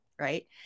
right